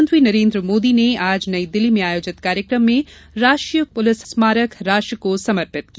प्रधानमंत्री नरेन्द्र मोदी ने आज नई दिल्ली में आयोजित कार्यक्रम में राष्ट्रीय पुलिस स्मारक राष्ट्र को समर्पित किया